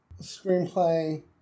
Screenplay